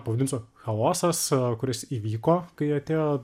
pavadinsiu chaosas kuris įvyko kai atėjo